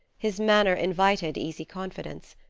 his manner invited easy confidence.